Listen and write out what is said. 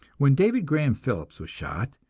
when david graham phillips was shot,